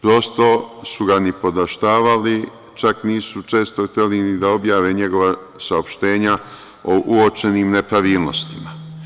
Prosto su ga nipodaštavali, čak nisu često hteli ni da objave njegova saopštenja o uočenim nepravilnostima.